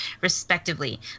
respectively